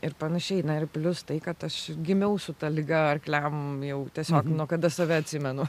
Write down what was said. ir panašiai na ir plius tai kad aš gimiau su ta liga arkliam jau tiesiog nuo kada save atsimenu